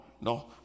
No